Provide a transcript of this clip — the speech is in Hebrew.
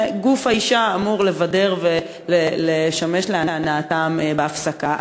וגוף האישה אמור לבדר ולשמש להנאתם בהפסקה.